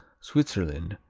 switzerland,